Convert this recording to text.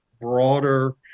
broader